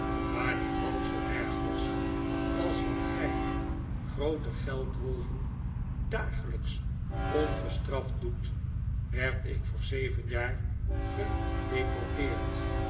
maar niet half zoo erg was als wat gij groote geldwolven dagelijks ongestraft doet werd ik voor zeven jaar gedeporteerd